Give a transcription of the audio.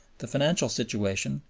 the financial situation,